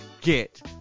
get